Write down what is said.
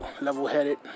level-headed